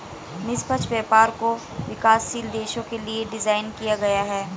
निष्पक्ष व्यापार को विकासशील देशों के लिये डिजाइन किया गया है